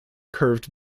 curved